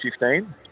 15